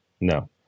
No